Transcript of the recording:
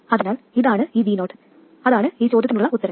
അതിനാൽ അതാണ് ഈ V0 അതാണ് ഈ ചോദ്യത്തിനുള്ള ഉത്തരം